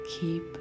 Keep